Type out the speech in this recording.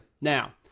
Now